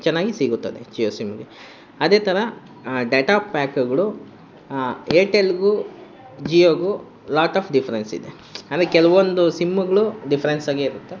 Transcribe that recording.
ಚೆನ್ನಾಗಿ ಸಿಗುತ್ತದೆ ಜಿಯೋ ಸಿಮ್ಗೆ ಅದೇ ಥರ ಡೇಟಾ ಪ್ಯಾಕುಗಳು ಏರ್ಟೆಲ್ಗೂ ಜಿಯೋಗೂ ಲಾಟ್ ಆಫ್ ಡಿಫ್ರೆನ್ಸ್ ಇದೆ ಅಂದರೆ ಕೆಲವೊಂದು ಸಿಮ್ಮುಗಳು ಡಿಫ್ರೆನ್ಸ್ ಹಾಗೇ ಇರುತ್ತೆ